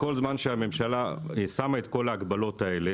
כל זמן שהממשלה שמה את כל ההגבלות האלה